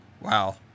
Wow